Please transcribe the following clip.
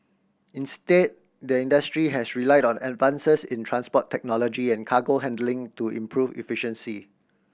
instead the industry has relied on advances in transport technology and cargo handling to improve efficiency